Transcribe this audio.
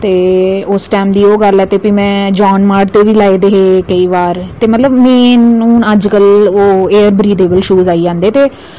ते उस टैम दी ओह् गल्ल ऐ ते फ्ही में जाान मार्ट दे बी लाए दे ऐ केईं बार ते मतलब मैन हून अजकल्ल एयर ब्रीथेबल शूज आई गेदे न